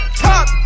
top